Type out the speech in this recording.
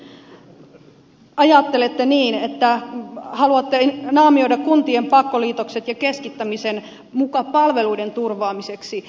miksi ajattelette niin että haluatte naamioida kuntien pakkoliitokset ja keskittämisen muka palveluiden turvaamiseksi